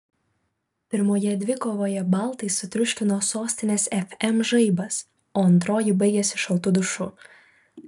pirmoje dvikovoje baltai sutriuškino sostinės fm žaibas o antroji baigėsi šaltu dušu